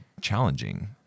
challenging